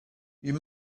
you